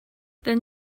then